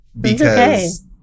Because-